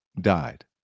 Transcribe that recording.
died